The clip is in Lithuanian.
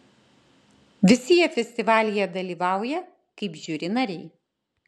visi jie festivalyje dalyvauja kaip žiuri nariai